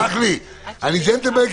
אני ג'נטלמן,